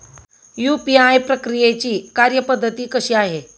UPI प्रक्रियेची कार्यपद्धती कशी आहे?